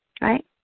right